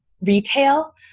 retail